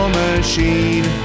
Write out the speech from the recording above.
machine